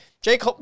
Jake